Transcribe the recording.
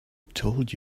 told